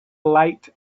light